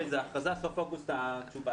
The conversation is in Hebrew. בסוף אוגוסט התשובה